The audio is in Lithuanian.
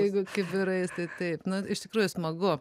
jeigu kibirais tai taip na iš tikrųjų smagu